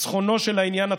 ניצחונו של העניין הצודק,